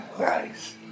nice